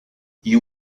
you